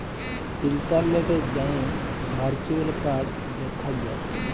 ইলটারলেটে যাঁয়ে virtual card দ্যাখা যায়